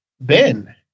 Ben